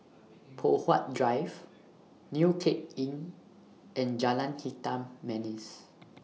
Poh Huat Drive New Cape Inn and Jalan Hitam Manis